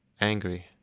angry